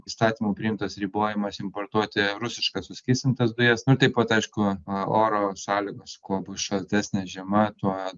įstatymų priimtas ribojimas importuoti rusiškas suskystintas dujas nu taip pat aišku oro sąlygos kuo bus šaltesnė žiema tuo